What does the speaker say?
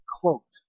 cloaked